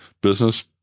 business